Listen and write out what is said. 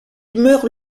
meurt